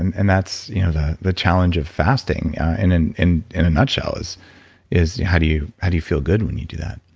and and that's you know the the challenge of fasting and in in a nutshell is is how do you do you feel good when you do that?